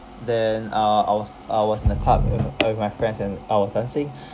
then uh I was I was in a club uh I with my friends and I was dancing